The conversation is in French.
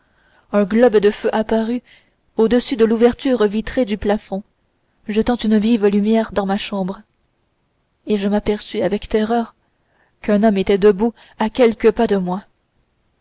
un globe de feu apparut au-dessus de l'ouverture vitrée du plafond jetant une vive lumière dans ma chambre et je m'aperçus avec terreur qu'un homme était debout à quelques pas de moi